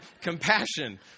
compassion